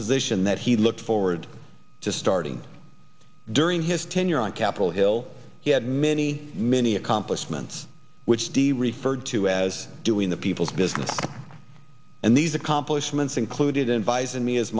position that he looked forward to starting during his tenure on capitol hill he had many many accomplishments which de referred to as doing the people's business and these accomplishments included in vice and me as